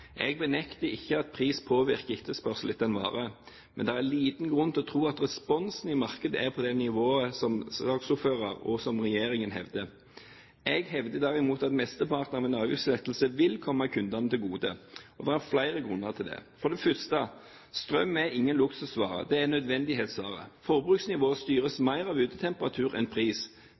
Jeg benekter ikke at pris påvirker etterspørsel etter en vare, men det er liten grunn til å tro at responsen i markedet er på det nivået som saksordføreren og regjeringen hevder. Jeg hevder derimot at mesteparten av en avgiftslettelse vil komme kundene til gode. Det er flere grunner til det. For det første: Strøm er ingen luksusvare. Det er en nødvendighetsvare. Forbruksnivået styres mer av utetemperatur enn av pris.